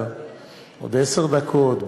בעוד עשר דקות,